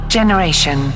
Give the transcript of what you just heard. Generation